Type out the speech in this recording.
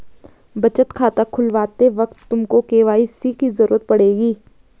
बचत खाता खुलवाते वक्त तुमको के.वाई.सी की ज़रूरत पड़ेगी